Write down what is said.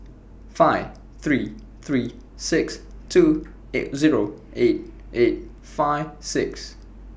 five three three six two eight Zero eight eight five six